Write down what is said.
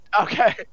Okay